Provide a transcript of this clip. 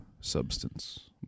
substance